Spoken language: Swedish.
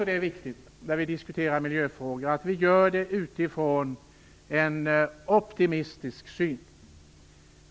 Det är när vi diskuterar miljöfrågor också viktigt att diskussionen förs utifrån en optimistisk syn.